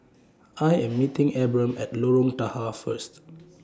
I Am meeting Abram At Lorong Tahar First